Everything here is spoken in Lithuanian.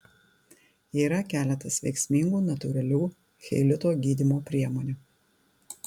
yra keletas veiksmingų natūralių cheilito gydymo priemonių